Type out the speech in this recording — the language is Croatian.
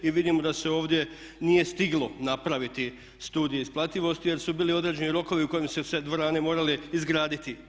I vidim da se ovdje nije stiglo napraviti studije isplativosti jer su bili određeni rokovi u kojima su se dvorane morale izgraditi.